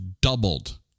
doubled